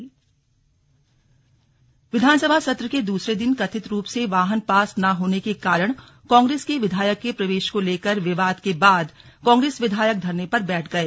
slug विधानसभा अध्यक्ष विधानसभा सत्र के दूसरे दिन कथित रूप से वाहन पास न होने के कारण कांग्रेस के विधायक के प्रवेश को लेकर विवाद के बाद कांग्रेस विधायक धरने पर बैठ गए